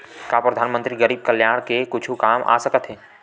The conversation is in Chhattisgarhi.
का परधानमंतरी गरीब कल्याण के कुछु काम आ सकत हे